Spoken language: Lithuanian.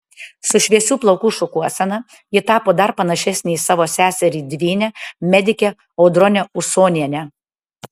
su šviesių plaukų šukuosena ji tapo dar panašesnė į savo seserį dvynę medikę audronę usonienę